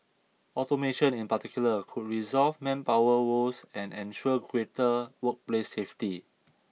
automation in particular could resolve manpower woes and ensure greater workplace safety